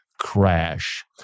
crash